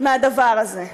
מהדבר הזה.